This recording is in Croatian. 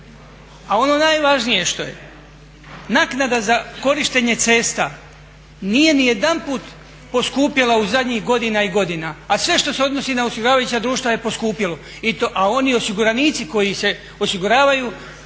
A ono najvažnije što je, naknada za korištenje cesta nije niti jedanput poskupjela u zadnjih godina i godina a sve što se odnosi na osiguravajuća društva je poskupjelo. A oni osiguranici koji se osiguravaju